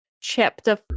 Chapter